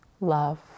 love